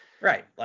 Right